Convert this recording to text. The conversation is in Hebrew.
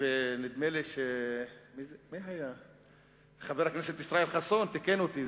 ונדמה לי שחבר הכנסת ישראל חסון תיקן אותי.